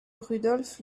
rudolph